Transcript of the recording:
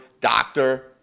doctor